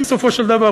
בסופו של דבר,